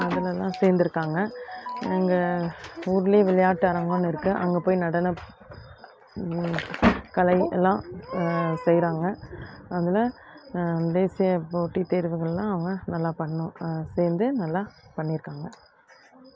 அதுலெலாம் சேர்ந்துருக்காங்க எங்கள் ஊரிலே விளையாட்டு அரங்கனு இருக்குது அங்கேப் போய் நடனப் கலை எல்லாம் செய்கிறாங்க அதில் வந்து சே போட்டித் தேர்வுகளெலாம் அவங்க நல்லாப் பண்ணணும் சேர்ந்து நல்லாப் பண்ணியிருக்காங்க